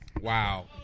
Wow